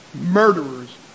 murderers